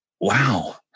wow